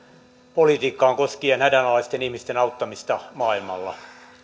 politiikkaan koskien hädänalaisten ihmisten auttamista maailmalla